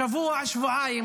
שבוע-שבועיים,